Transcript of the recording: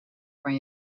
van